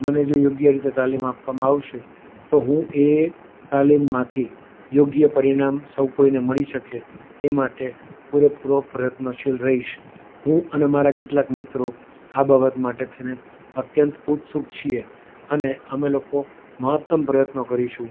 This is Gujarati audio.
મને જે યોગ્ય રીતે તાલીમ આપવામાં આવશે તો હું એ તાલીમમાંથી યોગ્ય પરિણામ સૌ કોઈને મળી શકે એ માટે પૂરેપૂરો પ્રયત્નશીલ રહીશ હું અને મારા કેટલાક મિત્રો આ બાબત માટે થઈને અત્યંત ઉત્સુક છીએ અને અમે લોકો મહત્તમ પ્રયત્નો કરીશું